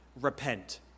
repent